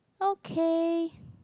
okay